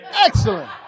Excellent